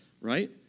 right